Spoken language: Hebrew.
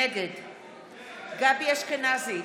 נגד גבי אשכנזי,